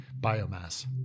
biomass